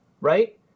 right